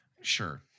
Sure